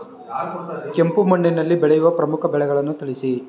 ಕೆಂಪು ಮಣ್ಣಿನಲ್ಲಿ ಬೆಳೆಯುವ ಪ್ರಮುಖ ಬೆಳೆಗಳನ್ನು ತಿಳಿಸಿ?